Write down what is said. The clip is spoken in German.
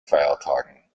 feiertagen